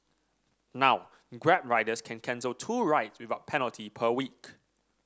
now Grab riders can cancel two rides without penalty per week